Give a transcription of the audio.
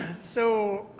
so